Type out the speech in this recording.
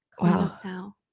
Wow